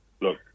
look